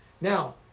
Now